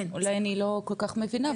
אולי אני לא כל כך מבינה,